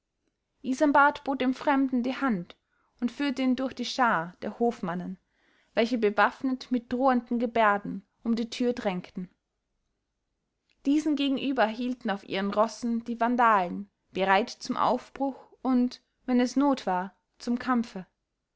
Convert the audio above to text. isanbart bot dem fremden die hand und führte ihn durch die schar der hofmannen welche bewaffnet mit drohenden gebärden um die tür drängten diesen gegenüber hielten auf ihren rossen die vandalen bereit zum aufbruch und wenn es not war zum kampfe